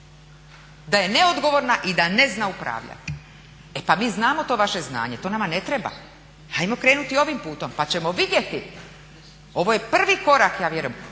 da je neodgovorna i da ne zna upravljati. E pa mi znamo to vaše znanje, to nama ne treba. Ajmo krenuti ovim putem pa ćemo vidjeti. Ovo je prvi korak ja vjerujem.